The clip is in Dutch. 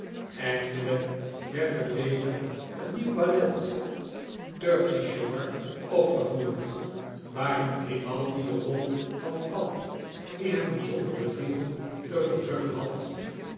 eindelijk werd er weder een nieuw ballet terpsichore opgevoerd waarin grimaldi de rol van pan die hem bijzonder beviel te vervullen had